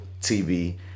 tv